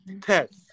text